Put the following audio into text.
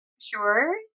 sure